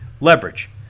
leverage